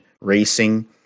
Racing